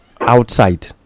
outside